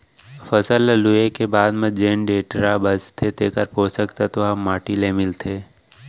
फसल ल लूए के बाद म जेन डेंटरा बांचथे तेकर पोसक तत्व ह माटी ले मिलथे